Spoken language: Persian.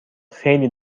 خیلی